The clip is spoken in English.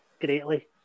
greatly